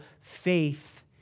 faith